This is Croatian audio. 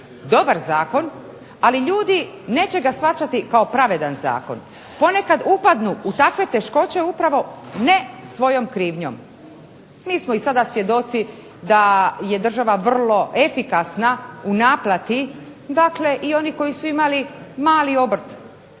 dobar Zakon ali ljudi ga neće shvatiti kao pravedan zakon, ponekad upadnu u takve teškoće ne svojom krivnjom. Mi smo i sada svjedoci da je država vrlo efikasna u naplati, dakle i oni koji su imali mali obrt,